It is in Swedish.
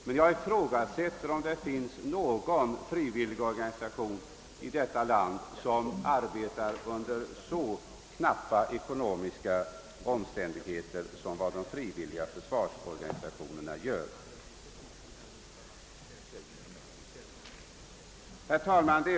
Men jag ifrågasätter om det finns någon frivilligorganisation av något slag i detta land som arbetar under så knappa ekonomiska omständigheter som de frivilliga försvarsorganisationerna gör. Herr talman!